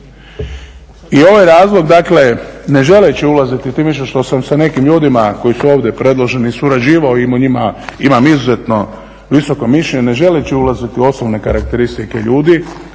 I ovo je razlog dakle ne želeći ulazeći, tim više što sam sa nekim ljudima koji su ovdje predloženi surađivao i o njima imam izuzetno visoko mišljenje, ne želeći ulaziti u osobne karakteristike ljudi